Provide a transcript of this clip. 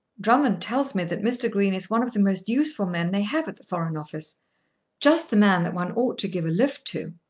drummond tells me that mr. green is one of the most useful men they have at the foreign office just the man that one ought to give a lift to.